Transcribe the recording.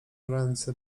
ręce